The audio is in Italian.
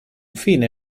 fine